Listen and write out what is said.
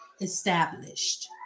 established